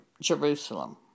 Jerusalem